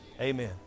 Amen